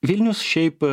vilnius šiaip